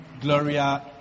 Gloria